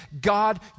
God